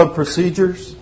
procedures